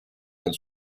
del